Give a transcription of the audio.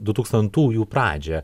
du tūkstantųjų pradžią